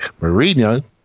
Mourinho